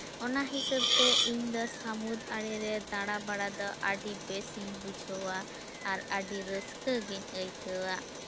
ᱚᱱᱟ ᱦᱤᱥᱟᱹᱵᱽᱛᱮ ᱤᱧ ᱫᱚ ᱥᱟᱹᱢᱩᱫᱽ ᱟᱲᱮᱨᱮ ᱫᱟᱬᱟ ᱵᱟᱲᱟ ᱫᱚ ᱟᱹᱰᱤ ᱵᱮᱥᱤᱧ ᱵᱩᱡᱷᱟᱹᱣᱟ ᱟᱨ ᱟᱹᱰᱤ ᱨᱟᱹᱥᱠᱟᱹᱜᱮᱧ ᱟᱹᱭᱠᱟᱹᱣᱟ